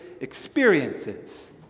experiences